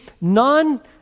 non-